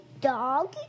dog